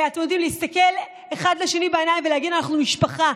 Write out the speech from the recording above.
להסתכל אחד לשני בעיניים ולהגיד: אנחנו משפחה,